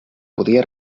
podia